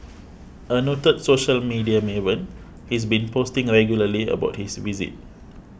a noted social media maven he's been posting regularly about his visit